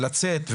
ולצאת,